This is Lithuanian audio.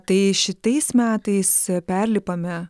tai šitais metais perlipame